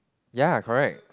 ya correct